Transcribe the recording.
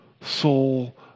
soul